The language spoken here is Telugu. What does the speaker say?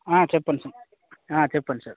చెప్పండి సార్ చెప్పండి సార్